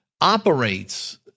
operates